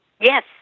Yes